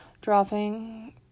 dropping